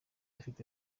afite